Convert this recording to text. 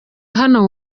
hano